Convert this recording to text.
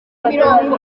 mirongo